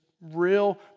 real